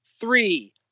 three